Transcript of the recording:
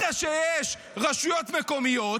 אחרי שיש רשויות מקומיות,